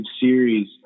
series